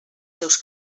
seus